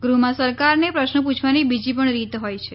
ગૃહમાં સરકારને પ્રશ્નો પૂછવાની બીજી પણ રીત હોય છે